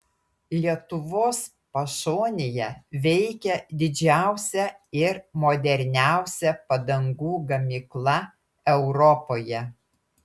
lietuvos pašonėje veikia didžiausia ir moderniausia padangų gamykla europoje